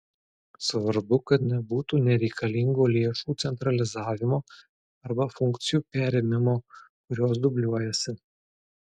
svarbu kad nebūtų nereikalingo lėšų centralizavimo arba funkcijų perėmimo kurios dubliuojasi